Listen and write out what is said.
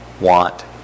want